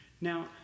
Now